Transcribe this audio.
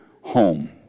home